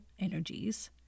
energies